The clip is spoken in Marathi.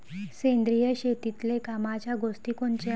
सेंद्रिय शेतीतले कामाच्या गोष्टी कोनच्या?